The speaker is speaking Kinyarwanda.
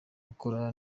gukora